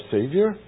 Savior